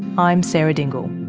i'm sarah dingle.